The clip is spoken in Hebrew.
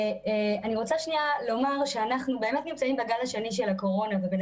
אני רוצה לומר שאנחנו באמת נמצאים בגל השני של הקורונה ובין